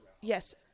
Yes